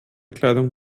kleidung